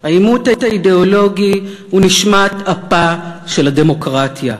העימות האידיאולוגי הוא נשמת אפה של הדמוקרטיה.